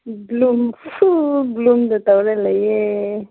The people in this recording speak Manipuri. ꯕ꯭ꯂꯨꯝꯁꯨ ꯕ꯭ꯂꯨꯝꯗ ꯇꯧꯔ ꯂꯩꯌꯦ